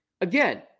again